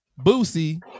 Boosie